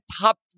top